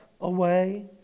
away